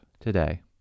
today